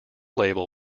label